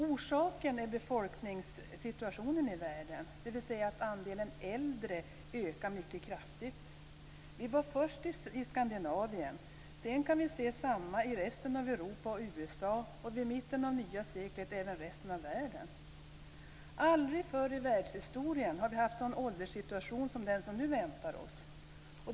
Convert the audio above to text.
Orsaken är befolkningssituationen i världen, dvs. att andelen äldre ökar mycket kraftigt. Vi var först i Skandinavien, och sedan kunde vi se detsamma i resten av Europa och USA. Vid mitten av det nya seklet blir det aktuellt även i resten av världen. Aldrig förr i världshistorien har vi haft en sådan ålderssituation som den som nu väntar oss.